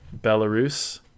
Belarus